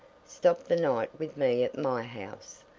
stop the night with me at my house,